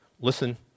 listen